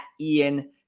Ian